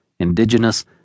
indigenous